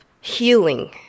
healing